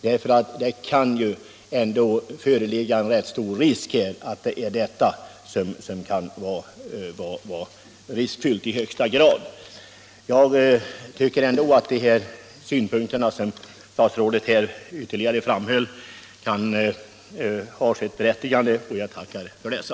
Möjligheten att användningen av dioxin är i högsta grad riskfylld är ändå ganska stor. Jag anser att de synpunkter som statsrådet nu framfört har sitt berättigande, och jag tackar för dessa.